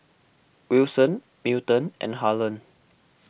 Wilson Milton and Harland